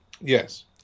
Yes